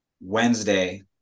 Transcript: Wednesday